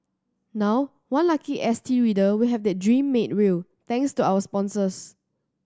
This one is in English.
now one lucky S T reader will have that dream made real thanks to our sponsors